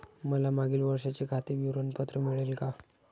मला मागील वर्षाचे खाते विवरण पत्र मिळेल का?